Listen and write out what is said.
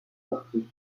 sorti